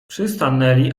przystanęli